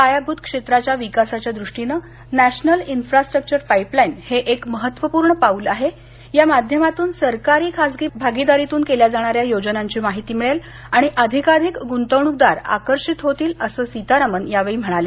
पायाभूत क्षेत्राच्या विकासाच्या दृष्टीनं नॅशनल इन्फ्रास्ट्रक्चर पाइपलाइन हे एक महत्त्वपूर्ण पाऊल आहे या माध्यमातून सरकारी खासगी भागीदारीतून केल्या जाणाऱ्या योजनांची माहिती मिळेल आणि अधिकाधिक गुंतवणूकदार आकर्षित होतील असं सीतारामन यावेळी म्हणाल्या